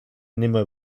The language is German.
nimmer